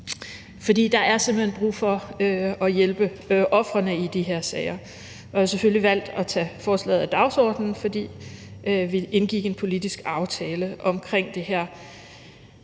For der er simpelt hen brug for at hjælpe ofrene i de her sager. Jeg har selvfølgelig valgt at tage forslaget af dagsordenen, fordi vi indgik en politisk aftale om det her.